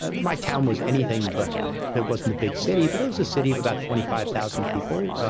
ah my town was anything but it wasn't a big city, but it was a city of about twenty five thousand people,